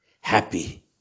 happy